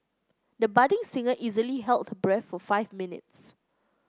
the budding singer easily held her breath for five minutes